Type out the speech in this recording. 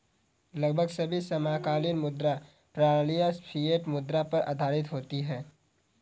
लगभग सभी समकालीन मुद्रा प्रणालियाँ फ़िएट मुद्रा पर आधारित होती हैं